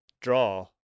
draw